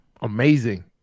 Amazing